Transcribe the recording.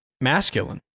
masculine